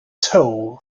tow